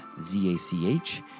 Z-A-C-H